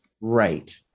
right